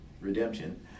Redemption